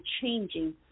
changing